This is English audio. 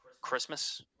Christmas